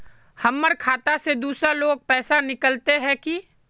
हमर खाता से दूसरा लोग पैसा निकलते है की?